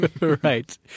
Right